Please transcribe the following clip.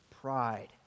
pride